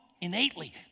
innately